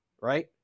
Right